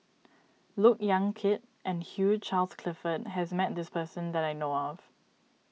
Look Yan Kit and Hugh Charles Clifford has met this person that I know of